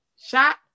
Shot